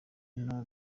nto